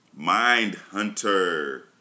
Mindhunter